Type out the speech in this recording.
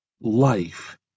life